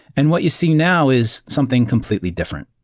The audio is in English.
and what you see now is something completely different.